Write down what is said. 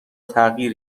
تغییر